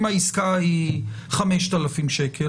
אם העסקה היא 5,000 שקלים,